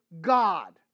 God